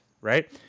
right